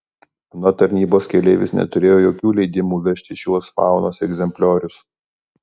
anot tarnybos keleivis neturėjo jokių leidimų vežti šiuos faunos egzempliorius